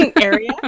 area